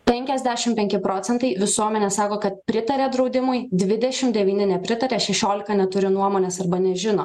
penkiasdešim penki procentai visuomenės sako kad pritaria draudimui dvidešim devyni nepritaria šešiolika neturi nuomonės arba nežino